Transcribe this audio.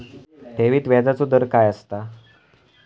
ठेवीत व्याजचो दर काय असता?